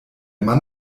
mann